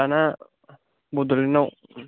दानिया बड'लेण्डआव